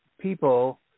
people